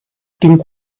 tinc